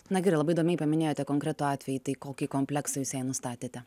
na gerai labai įdomiai paminėjote konkretų atvejį tai kokį kompleksą jūs jai nustatėte